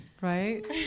Right